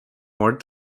more